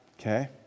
okay